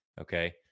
Okay